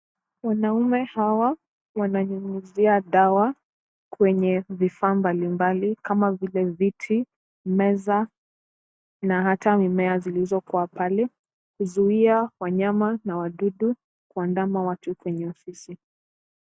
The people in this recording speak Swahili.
Wanaume hawa wana nyunyuzia dawa kwenye vifaa mbali mbali kama vile viti, meza na hata mimiea zilizokuwa pale kuzuia wanyama na wadudu kuandama watu kwenye ofisi.